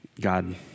God